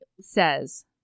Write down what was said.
says